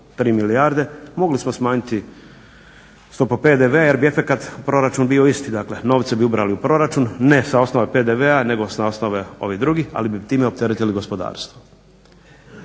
milijarde mogli smo smanjiti stopu PDv-a jer bi efekat dakle proračun bio isti. Dakle novce bi ubrali u proračun ne s osnove PDV-a nego s osnove ovih drugih ali bi time opteretili gospodarstvo.